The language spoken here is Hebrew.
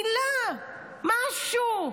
מילה, משהו.